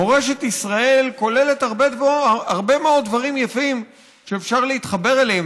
מורשת ישראל כוללת הרבה מאוד דברים יפים שאפשר להתחבר אליהם,